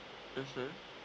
mmhmm